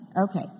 Okay